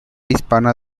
hispana